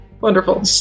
wonderful